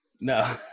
No